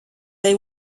they